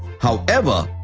however,